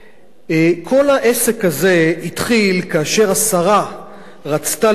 כל העסק הזה התחיל כאשר השרה רצתה למנות